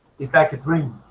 it's like a dream